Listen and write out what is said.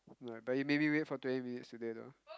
no like but you made me wait for twenty minutes today though